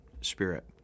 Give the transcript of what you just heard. Spirit